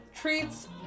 treats